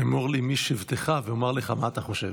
אמור לי מי שבטך ואומר לך מה אתה חושב.